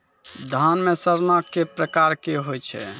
धान म सड़ना कै प्रकार के होय छै?